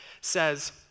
says